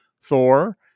Thor